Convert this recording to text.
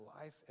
life